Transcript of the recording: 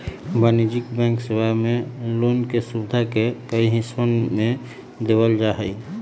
वाणिज्यिक बैंक सेवा मे लोन के सुविधा के कई हिस्सवन में देवल जाहई